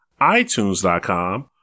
iTunes.com